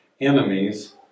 enemies